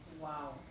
Wow